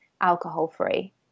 alcohol-free